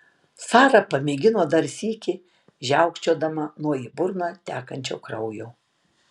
sara pamėgino dar sykį žiaukčiodama nuo į burną tekančio kraujo